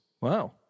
Wow